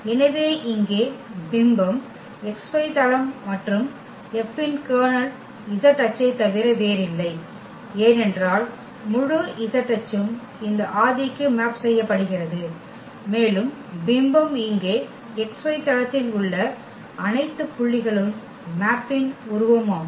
எனவே இங்கே பிம்பம் xy தளம் மற்றும் F இன் கர்னல் z அச்சைத் தவிர வேறில்லை ஏனென்றால் முழு z அச்சும் இந்த ஆதிக்கு மேப் செய்யப்படுகிறது மேலும் பிம்பம் இங்கே xy தளத்தில் உள்ள அனைத்து புள்ளிகளும் மேப்பின் உருவமாகும்